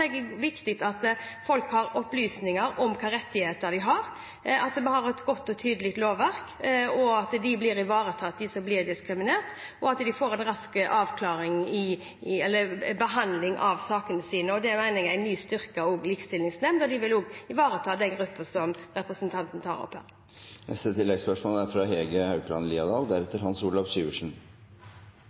er det viktig at folk har opplysninger om hvilke rettigheter de har, at vi har et godt og tydelig lovverk, at de som blir diskriminert, blir ivaretatt, og at de får en rask avklaring i eller behandling av sakene sine. Det mener jeg blir styrket med en ny likestillingsnemnd, og den vil også ivareta den gruppen representanten tar opp her. Hege Haukeland Liadal